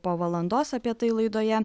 po valandos apie tai laidoje